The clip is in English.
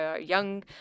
young